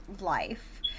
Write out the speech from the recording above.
life